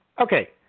Okay